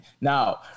Now